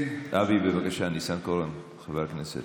חבר הכנסת